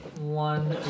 one